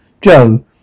Joe